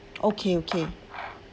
okay okay